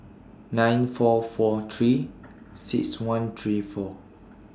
nine four four three six one three four